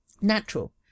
natural